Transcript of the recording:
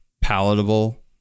palatable